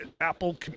apple